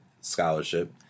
scholarship